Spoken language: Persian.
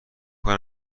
کنم